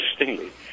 interestingly